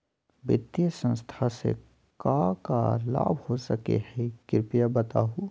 वित्तीय संस्था से का का लाभ हो सके हई कृपया बताहू?